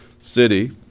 city